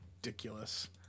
ridiculous